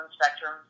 spectrum